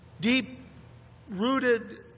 deep-rooted